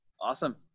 Awesome